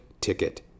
ticket